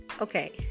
Okay